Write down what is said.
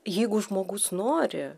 jeigu žmogus nori